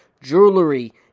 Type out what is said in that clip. jewelry